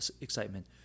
excitement